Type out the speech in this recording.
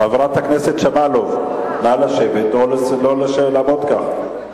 חברת הכנסת שמאלוב, נא לשבת או לא לעמוד כך.